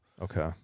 okay